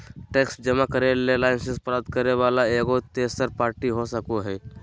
tax जमा करे ले लाइसेंस प्राप्त करे वला एगो तेसर पार्टी हो सको हइ